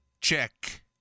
check